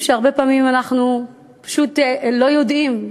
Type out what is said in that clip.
שהרבה פעמים אנחנו לא יודעים עליהם.